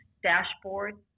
dashboard